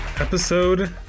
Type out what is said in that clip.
episode